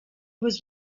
was